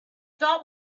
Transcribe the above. thought